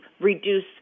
reduce